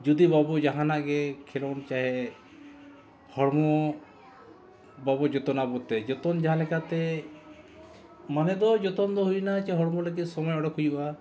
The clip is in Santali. ᱡᱩᱫᱤ ᱵᱟᱵᱚ ᱡᱟᱦᱟᱱᱟᱜ ᱜᱮ ᱠᱷᱮᱞᱳᱱᱰ ᱪᱟᱦᱮ ᱦᱚᱲᱢᱚ ᱵᱟᱵᱚ ᱡᱚᱛᱚᱱᱟ ᱟᱵᱚ ᱛᱮ ᱡᱚᱛᱚᱱ ᱡᱟᱦᱟᱸ ᱞᱮᱠᱟᱛᱮ ᱢᱟᱱᱮ ᱫᱚ ᱡᱚᱛᱚᱱ ᱫᱚ ᱦᱩᱭᱱᱟ ᱡᱮ ᱦᱚᱲᱢᱚ ᱞᱟᱹᱜᱤᱫ ᱥᱚᱢᱚᱭ ᱚᱰᱚᱠ ᱦᱩᱭᱩᱜᱼᱟ